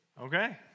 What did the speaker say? Okay